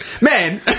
Man